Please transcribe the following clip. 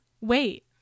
wait